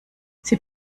sie